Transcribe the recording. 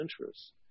interests